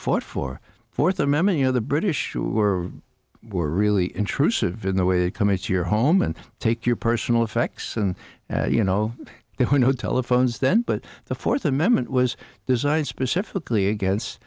fought for fourth amendment you know the british were were really intrusive in the way they come into your home and take your personal effects and you know there were no telephones then but the fourth amendment was designed specifically against